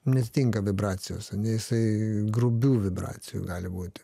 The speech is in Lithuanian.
nestinga vibracijos ane jisai grubių vibracijų gali būti